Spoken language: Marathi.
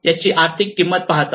याची आर्थिक किंमत पाहता